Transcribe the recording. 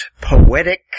poetic